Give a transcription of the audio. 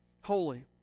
Holy